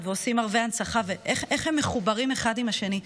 ועושים ערבי הנצחה ואיך הם מחוברים אחד עם השני,